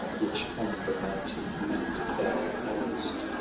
which on the mighty mount thou hailest,